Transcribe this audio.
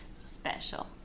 Special